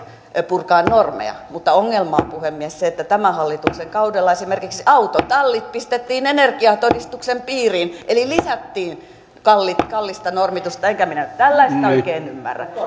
purkaa normeja mutta ongelma on puhemies että tämän hallituksen kaudella esimerkiksi autotallit pistettiin energiatodistuksen piiriin eli lisättiin kallista kallista normitusta enkä minä tällaista oikein ymmärrä